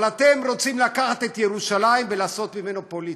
אבל אתם רוצים לקחת את ירושלים ולעשות ממנה פוליטיקה.